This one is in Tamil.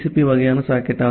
பி வகையான சாக்கெட் ஆகும்